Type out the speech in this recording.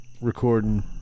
Recording